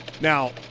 Now